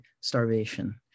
starvation